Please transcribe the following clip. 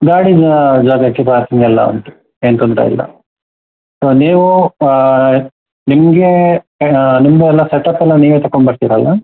ಗಾಡಿ ಜಾಗಕ್ಕೆ ಪಾರ್ಕಿಂಗ್ ಎಲ್ಲ ಉಂಟು ಏನು ತೊಂದರೆ ಇಲ್ಲ ಸೊ ನೀವು ನಿಮಗೆ ನಿಮ್ಮದೆಲ್ಲ ಸೆಟಪ್ ಎಲ್ಲ ನೀವೆ ತಗೊಂಬರ್ತಿರಲ್ಲ